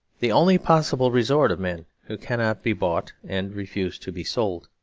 the only possible resort of men who cannot be bought and refuse to be sold.